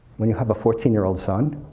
when you have a fourteen year old son,